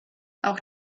auch